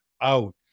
out